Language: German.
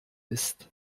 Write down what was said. ist